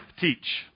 teach